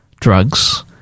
drugs